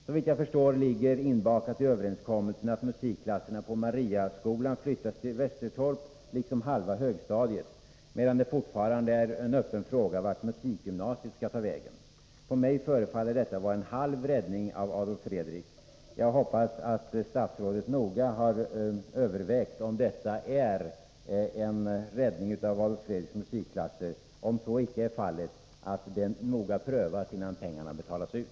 Såvitt jag förstår ligger det inbakat i överenskommelsen att musikklasserna i Mariaskolan flyttas till Västertorp, liksom halva högstadiet, medan det fortfarande är en öppen fråga vart musikgymnasiet skall ta vägen. För mig förefaller detta vara en halv räddning av Adolf Fredrik. Jag hoppas att 141 statsrådet noga har övervägt om detta är en räddning av Adolf Fredriks musikklasser och — om så icke är fallet — att det noga prövas innan pengarna betalas ut.